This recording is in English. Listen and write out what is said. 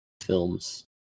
films